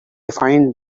find